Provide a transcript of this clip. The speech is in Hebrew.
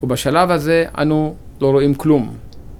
ובשלב הזה אנו לא רואים כלום.